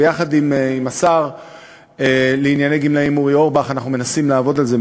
ויחד עם השר לענייני גמלאים אורי אורבך אנחנו מנסים לעבוד על זה,